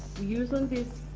we use on this